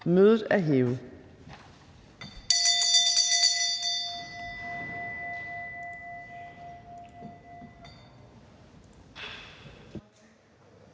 Mødet er hævet.